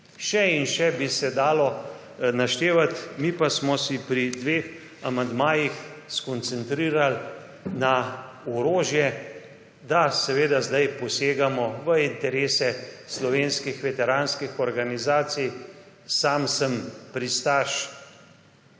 Še in še bi se dalo naštevati, mi pa smo se pri dveh amandmajih skoncentrirali na orožje, da zdaj posegamo v interese slovenskih veteranskih organizacij; sam sem član